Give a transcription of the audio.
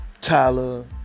Tyler